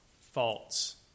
faults